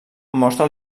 mostra